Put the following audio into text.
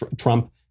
Trump